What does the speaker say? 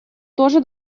тоже